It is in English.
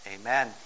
Amen